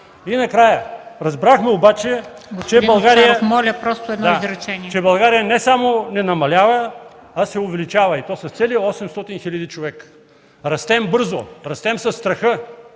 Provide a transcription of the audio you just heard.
И накрая, разбрахме обаче, че България не само не намалява, а се увеличава и то с цели 800 хиляди човека. Растем бързо, растем със страха,